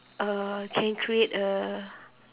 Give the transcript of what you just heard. uh can create a